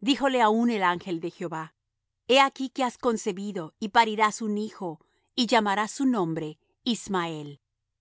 díjole aún el ángel de jehová he aquí que has concebido y parirás un hijo y llamarás su nombre ismael